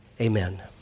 Amen